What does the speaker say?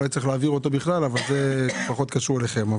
אולי צריך להעביר אותו בכלל אבל זה פחות קשור אליכם.